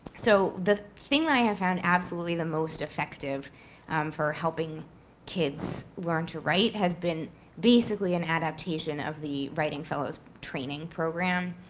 so the thing that i ah found absolutely the most effective for helping kids learn to write has been basically an adaptation of the writing fellows training program,